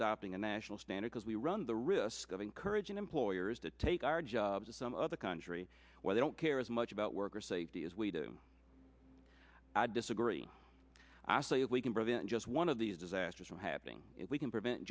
adopting a national standard as we run the risk of encouraging employers to take our jobs in some other country where they don't care as much about worker safety as we do i disagree i say if we can prevent just one of these disasters from happening if we can prevent